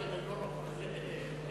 רק אינם נוכחים.